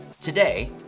Today